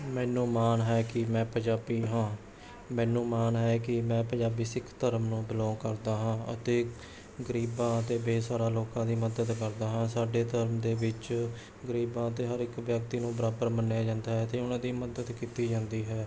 ਮੈਨੂੰ ਮਾਣ ਹੈ ਕਿ ਮੈਂ ਪੰਜਾਬੀ ਹਾਂ ਮੈਨੂੰ ਮਾਣ ਹੈ ਕਿ ਮੈਂ ਪੰਜਾਬੀ ਸਿੱਖ ਧਰਮ ਨੂੰ ਬਿਲੋਂਗ ਕਰਦਾ ਹਾਂ ਅਤੇ ਗਰੀਬਾਂ ਅਤੇ ਬੇਸਹਾਰਾ ਲੋਕਾਂ ਦੀ ਮਦਦ ਕਰਦਾ ਹਾਂ ਸਾਡੇ ਧਰਮ ਦੇ ਵਿੱਚ ਗਰੀਬਾਂ ਅਤੇ ਹਰ ਇੱਕ ਵਿਅਕਤੀ ਨੂੰ ਬਰਾਬਰ ਮੰਨਿਆ ਜਾਂਦਾ ਹੈ ਅਤੇ ਉਹਨਾਂ ਦੀ ਮਦਦ ਕੀਤੀ ਜਾਂਦੀ ਹੈ